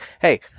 Hey